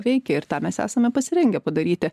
veikia ir tą mes esame pasirengę padaryti